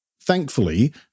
Thankfully